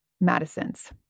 Madison's